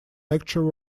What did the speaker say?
lecture